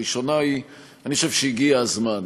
הראשונה, אני חושב שהגיע הזמן